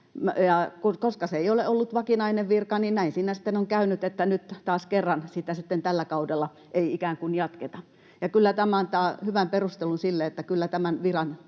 Koska se ei ole ollut vakinainen virka, niin näin siinä sitten on käynyt, että nyt taas kerran sitä sitten tällä kaudella ei ikään kuin jatketa. Kyllä tämä antaa hyvän perustelun sille, että tämän viran